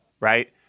Right